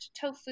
tofu